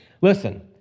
Listen